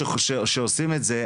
מנהלת אגף תוכניות סיוע